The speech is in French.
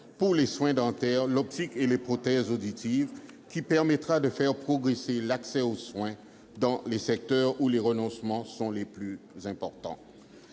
pour les soins dentaires, l'optique et les prothèses auditives, qui permettra de faire progresser l'accès aux soins dans les secteurs où les renoncements sont les plus importants.